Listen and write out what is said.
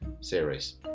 series